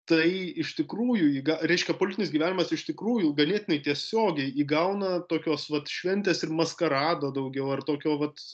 tai iš tikrųjų įga reiškia politinis gyvenimas iš tikrųjų ganėtinai tiesiogiai įgauna tokios vat šventės ir maskarado daugiau ar tokio vat